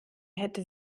hätte